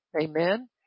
Amen